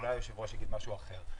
אולי היושב ראש יגיד משהו אחר,